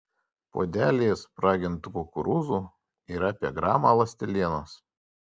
puodelyje spragintų kukurūzų yra apie gramą ląstelienos